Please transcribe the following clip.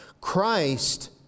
Christ